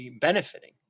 benefiting